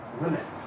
limits